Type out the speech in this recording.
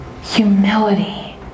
humility